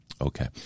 Okay